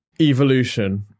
evolution